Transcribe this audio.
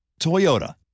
Toyota